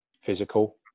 Physical